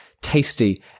tasty